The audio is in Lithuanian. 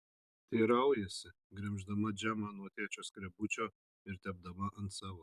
teiraujasi gremždama džemą nuo tėčio skrebučio ir tepdama ant savo